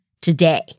today